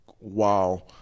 wow